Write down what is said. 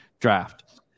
draft